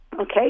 Okay